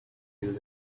build